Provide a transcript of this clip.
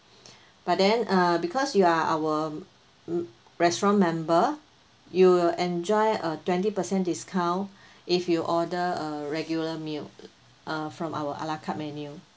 but then uh because you are our m~ restaurant member you will enjoy a twenty percent discount if you order a regular meal uh from our a la carte menu